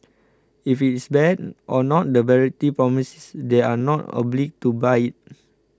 if it is bad or not the variety promised they are not obliged to buy it